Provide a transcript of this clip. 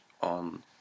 on